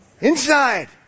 Inside